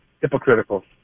hypocritical